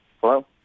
Hello